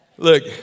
Look